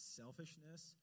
selfishness